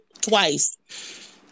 twice